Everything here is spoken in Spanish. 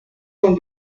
con